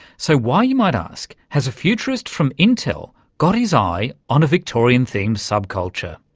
so why, you might ask, has a futurist from intel got his eye on a victorian-themed subculture?